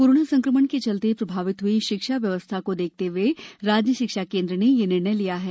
corona संक्रमण के चलते प्रभावित हई शिक्षा व्यवस्था को देखते हए राज्य शिक्षा केन्द्र ने यह निर्णय लिया है